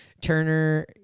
Turner